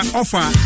offer